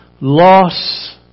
loss